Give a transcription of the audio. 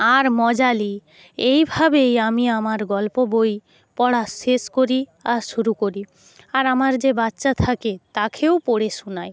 আর মজা নিই এইভাবেই আমি আমার গল্প বই পড়া শেষ করি আর শুরু করি আর আমার যে বাচ্চা থাকে তাকেও পড়ে শোনাই